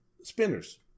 spinners